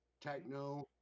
techno